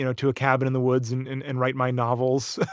you know to a cabin in the woods and and and write my novels.